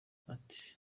ati